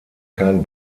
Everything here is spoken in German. kein